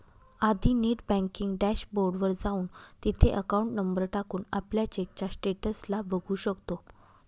आधी net banking dashboard वर जाऊन, तिथे अकाउंट नंबर टाकून, आपल्या चेकच्या स्टेटस ला बघू शकतो